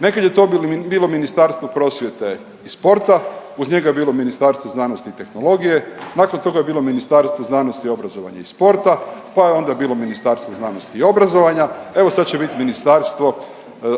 nekad je to bilo Ministarstvo prosvjete i sporta, uz njega je bilo Ministarstvo znanosti i tehnologije, nakon toga je bilo Ministarstvo znanosti, obrazovanja i sporta, pa je onda bilo Ministarstvo znanosti i obrazovanja, evo sad će biti Ministarstvo